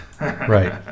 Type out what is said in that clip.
Right